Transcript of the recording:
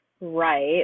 right